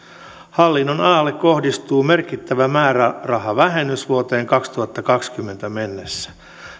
hallinnonalalle kohdistuu merkittävä määrärahavähennys vuoteen kaksituhattakaksikymmentä mennessä